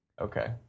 Okay